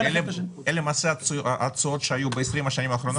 אלה למעשה התשואות שהיו ב-20 השנים האחרונות?